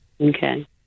Okay